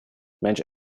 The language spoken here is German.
mensch